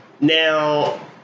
Now